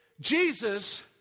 Jesus